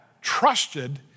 trusted